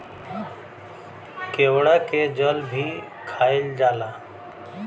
केवड़ा के जल भी खायल जाला